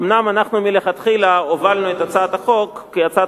אומנם אנחנו מלכתחילה הובלנו את הצעת החוק כהצעת